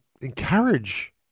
encourage